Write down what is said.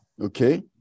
okay